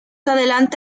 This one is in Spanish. adelante